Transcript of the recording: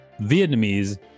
Vietnamese